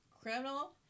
criminal